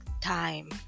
time